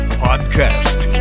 podcast